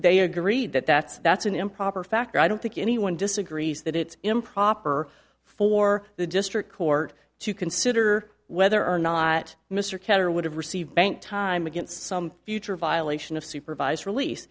they agree that that's that's an improper factor i don't think anyone disagrees that it's improper for the district court to consider whether or not mr katter would have received bank time against some future violation of supervised release